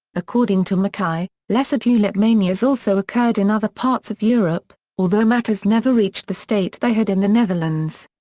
according to mackay, lesser tulip manias also occurred in other parts of europe, although matters never reached the state they had in the netherlands.